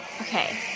Okay